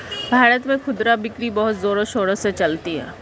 भारत में खुदरा बिक्री बहुत जोरों शोरों से चलती है